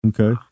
Okay